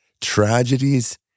tragedies